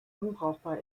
unbrauchbar